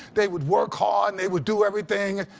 they would work hard and they would do everything.